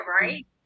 right